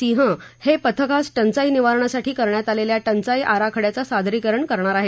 सिंह हे पथकास टंचाई निवारणासाठी करण्यात आलेला टंचाई आराखड्याचं सादरीकरण करणार आहेत